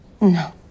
No